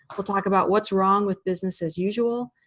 we'll talk about what's wrong with business as usual.